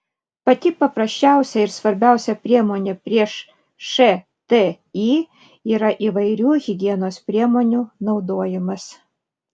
pati paprasčiausia ir svarbiausia priemonė prieš šti yra įvairių higienos priemonių naudojimas